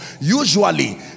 usually